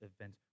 event